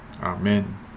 Amen